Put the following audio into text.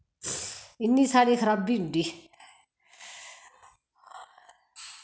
इन्नी साढ़ी खराबी होंदी